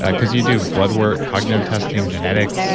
because you do blood work, cognitive testing, genetics,